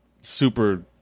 Super